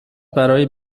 برای